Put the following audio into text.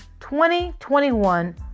2021